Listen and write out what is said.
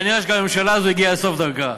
וכנראה גם הממשלה הזאת הגיעה לסוף דרכה.